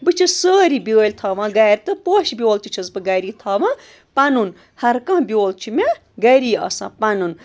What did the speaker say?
بہٕ چھَس سٲری بیٛٲلۍ تھاوان گَرِ تہٕ پوشہِ بیول تہِ چھَس بہٕ گَری تھاوان پَنُن ہَر کانٛہہ بیول چھِ مےٚ گَری آسان پَنُن